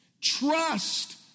trust